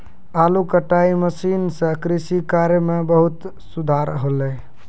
आलू कटाई मसीन सें कृषि कार्य म बहुत सुधार हौले